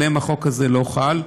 עליהם החוק הזה לא חל.